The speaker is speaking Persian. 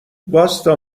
واستا